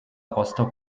rostock